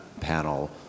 panel